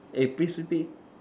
eh please stupid